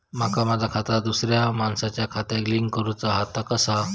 माका माझा खाता दुसऱ्या मानसाच्या खात्याक लिंक करूचा हा ता कसा?